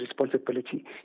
responsibility